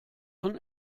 von